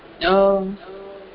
No